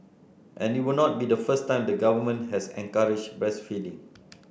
and it would not be the first time the government has encouraged breastfeeding